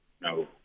No